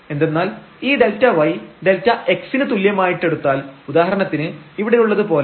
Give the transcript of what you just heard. എന്തെന്നാൽ ഈ Δy Δx ന് തുല്യമായിട്ടെടുത്താൽ ഉദാഹരണത്തിന് ഇവിടെയുള്ളത് പോലെ